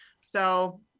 So-